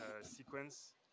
sequence